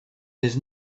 his